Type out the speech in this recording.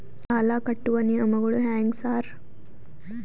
ಸಾಲ ಕಟ್ಟುವ ನಿಯಮಗಳು ಹ್ಯಾಂಗ್ ಸಾರ್?